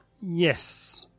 Yes